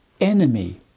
enemy